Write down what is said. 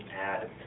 add